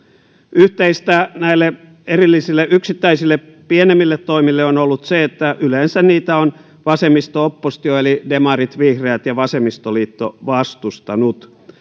yhteistä näille erillisille yksittäisille pienemmille toimille on ollut se että yleensä niitä on vasemmisto oppositio eli demarit vihreät ja vasemmistoliitto vastustanut